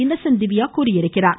Innocent Divya தெரிவித்திருக்கிறார்